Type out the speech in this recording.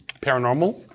Paranormal